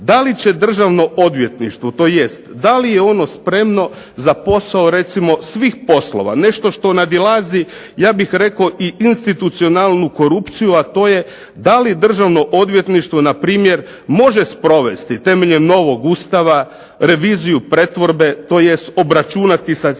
Da li će Državno odvjetništvo, tj. da li je ono spremno za posao recimo svih poslova, nešto što nadilazi ja bih rekao i institucionalnu korupciju, a to je da li Državno odvjetništvo na primjer može sprovesti temeljem novog Ustava reviziju pretvorbe, tj. obračunati se sa tim